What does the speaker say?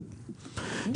הם